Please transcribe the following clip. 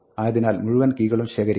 ആയതിനാൽ മുഴുവൻ കീകളും ശേഖരിക്കുക